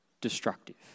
destructive